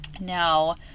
Now